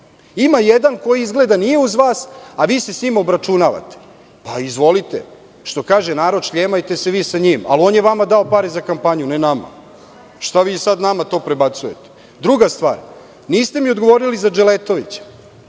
Ima jedan koji izgleda nije uz vas, a vi se sa njim obračunavate. Izvolite, što kaže narod - šljemajte se vi sa njim, ali on je vama dao pare za kampanju, a ne nama. Šta vi sada nama to prebacujete? Druga stvar, niste mi odgovorili za Dželetovića.